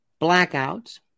blackouts